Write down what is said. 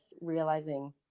realizing